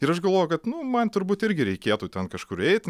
ir aš galvojau kad nu man turbūt irgi reikėtų ten kažkur eit